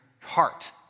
heart